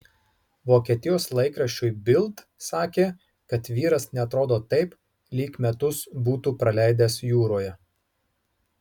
vokietijos laikraščiui bild sakė kad vyras neatrodo taip lyg metus būtų praleidęs jūroje